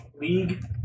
League